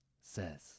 says